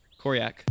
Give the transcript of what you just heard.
Koryak